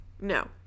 No